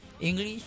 English